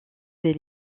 des